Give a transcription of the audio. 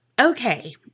Okay